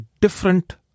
different